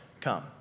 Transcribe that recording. come